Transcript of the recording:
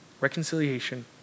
reconciliation